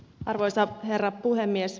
arvoisa herra puhemies